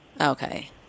Okay